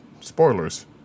Spoilers